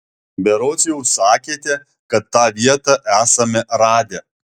berods jau sakėte kad tą vietą esame radę